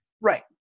Right